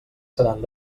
seran